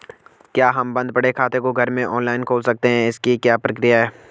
क्या हम बन्द पड़े खाते को घर में ऑनलाइन खोल सकते हैं इसकी क्या प्रक्रिया है?